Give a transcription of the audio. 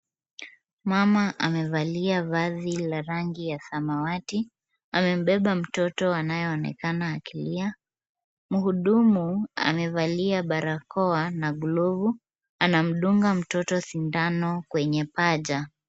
Mama amevalia vazi la rangi ya samawati, amebeba mtoto anayeonekana akilia, mhudumu amevalia barakoa na glavu, anamdunga mtoto sindano kwenye paja.